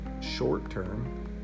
short-term